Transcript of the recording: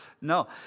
no